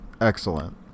excellent